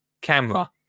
camera